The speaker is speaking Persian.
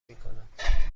میکنم